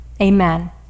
Amen